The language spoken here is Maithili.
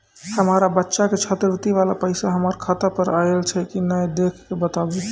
हमार बच्चा के छात्रवृत्ति वाला पैसा हमर खाता पर आयल छै कि नैय देख के बताबू?